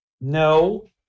No